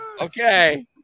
okay